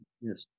Yes